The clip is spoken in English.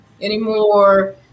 anymore